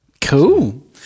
Cool